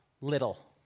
little